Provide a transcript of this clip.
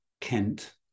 Kent